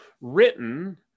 written